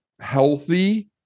healthy